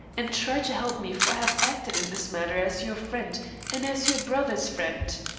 and try to help me, for i have acted in this matter as your friend and as your brother's friend.